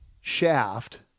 shaft